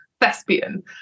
thespian